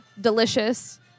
delicious